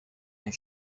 and